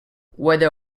whether